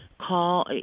call